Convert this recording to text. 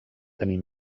tenir